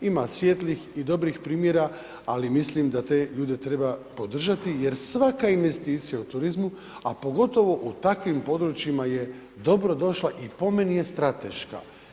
Ima svijetlih i dobrih primjera, ali mislim da te ljude treba podržati jer svaka investicija u turizmu, a pogotovo u takvim područjima je dobrodošla i po meni je strateška.